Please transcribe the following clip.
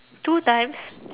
two times